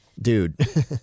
dude